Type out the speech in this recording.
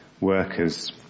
workers